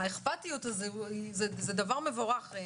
האכפתיות זה דבר מבורך.